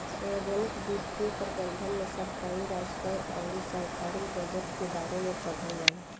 सार्वजनिक वित्तीय प्रबंधन में सरकारी राजस्व अउर सरकारी बजट के बारे में पढ़ल जाला